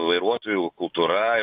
vairuotojų kultūra